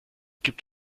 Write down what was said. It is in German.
gibt